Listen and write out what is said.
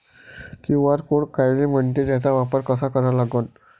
QR code कायले म्हनते, त्याचा वापर कसा करा लागन?